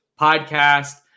podcast